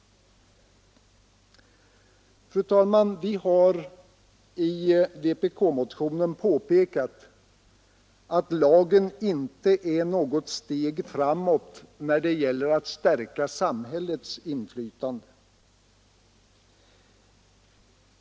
Fru talman! Vi har i vpk-motionen påpekat att lagen inte innebär något steg framåt när det gäller att stärka samhällets inflytande.